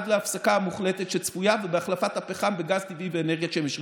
עד להפסקה המוחלטת שצפויה ובהחלפת הפחם בגז טבעי ואנרגיית שמש.